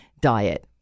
diet